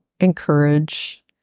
encourage